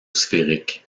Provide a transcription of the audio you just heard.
sphérique